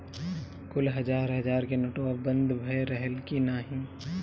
कुल हजार हजार के नोट्वा बंद भए रहल की नाही